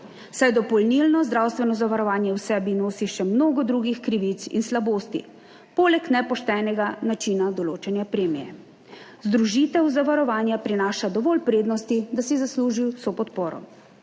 saj dopolnilno zdravstveno zavarovanje v sebi nosi še mnogo drugih krivic in slabosti, poleg nepoštenega načina določanja premije. Združitev zavarovanja prinaša dovolj prednosti, da si zasluži vso podporo,